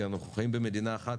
כי אנחנו חיים במדינה אחת,